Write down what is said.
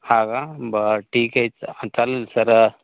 हा का बर ठीक आहे च चालेल सर